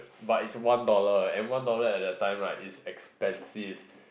but is one dollar and one dollar at that time right is expensive